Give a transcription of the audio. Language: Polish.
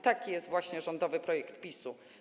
Taki jest właśnie rządowy projekt PiS.